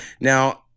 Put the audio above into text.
now